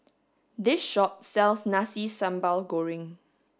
this shop sells Nasi Sambal Goreng